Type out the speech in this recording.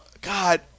God